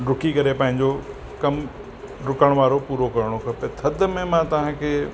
डुकी करे पंहिंजो कम डुकण वारो पूरो करणो खपे थधि में मां तव्हांखे